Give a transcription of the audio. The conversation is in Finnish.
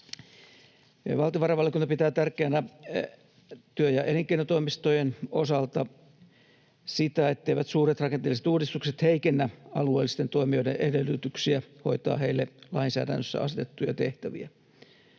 Valtiovarainvaliokunta pitää tärkeänä työ- ja elinkeinotoimistojen osalta sitä, etteivät suuret rakenteelliset uudistukset heikennä alueellisten toimijoiden edellytyksiä hoitaa heille lainsäädännössä asetettuja tehtäviä.